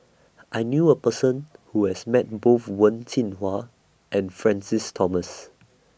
I knew A Person Who has Met Both Wen Jinhua and Francis Thomas